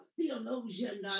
theologian